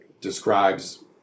describes